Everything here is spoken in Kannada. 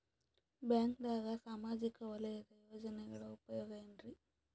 ಬ್ಯಾಂಕ್ದಾಗ ಸಾಮಾಜಿಕ ವಲಯದ ಯೋಜನೆಗಳ ಉಪಯೋಗ ಏನ್ರೀ?